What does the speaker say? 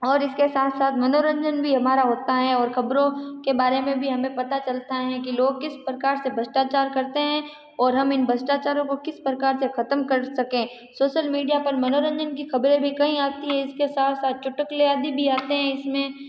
और इसके साथ साथ मनोरंजन भी हमारा होता है और खबरों के बारे में भी हमे पता चलता है की लोग किस प्रकार से भ्रष्टाचार करते हैं और हम इन भ्रष्टाचारों को किस प्रकार से खतम कर सकें सोशल मीडिया पर मनोरंजन की खबरें भी कई आती हैं इसके साथ साथ चुटकुले आदि भी आते हैं इसमें